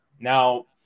Now